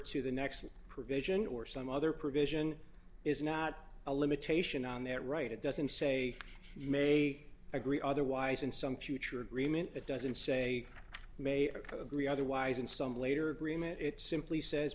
to the next provision or some other provision is not a limitation on that right it doesn't say you may agree otherwise in some future agreement it doesn't say may i agree otherwise in some later agreement it simply says